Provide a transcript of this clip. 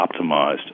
optimized